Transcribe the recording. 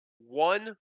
one